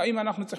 אם אנחנו צריכים